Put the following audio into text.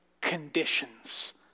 conditions